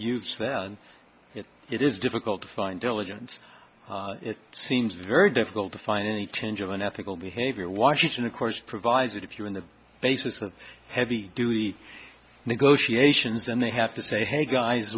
use then if it is difficult to find diligence it seems very difficult to find any change of unethical behavior washington of course provides that if you're in the basis of heavy duty negotiations then they have to say hey guys